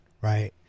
right